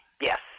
Yes